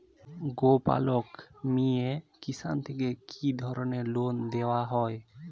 গোপালক মিয়ে কিষান থেকে কি ধরনের লোন দেওয়া হয়?